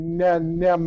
ne ne